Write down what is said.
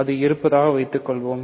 அது இருபப்பதாக வைத்துக் செய்வோம்